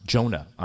Jonah